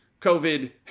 COVID